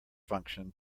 function